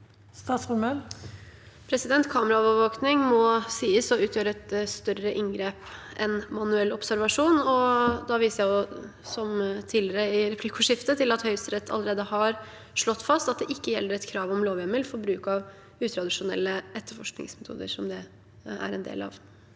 Kameraovervåk- ning må sies å utgjøre et større inngrep enn manuell observasjon, og da viser jeg, som tidligere i replikkordskiftet, til at Høyesterett allerede har slått fast at det ikke gjelder et krav om lovhjemmel for bruk av utradisjonelle etterforskningsmetoder, som det er en del av.